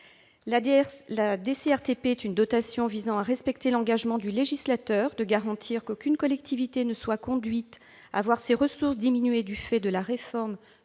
La DCRTP est une dotation visant à respecter l'engagement du législateur de garantir qu'aucune collectivité ne soit conduite à voir ses ressources diminuer du fait de la réforme